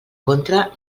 contra